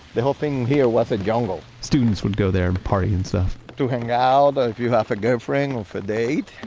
the whole thing here was a jungle. students would go there and party and stuff to hang out or if you have a girlfriend or a date,